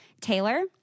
taylor